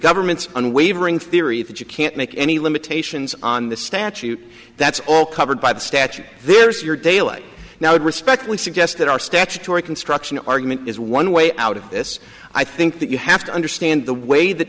government's unwavering theory that you can't make any limitations on the statute that's all covered by the statute there's your daylight now would respectfully suggest that our statutory construction argument is one way out of this i think that you have to understand the way th